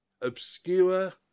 obscure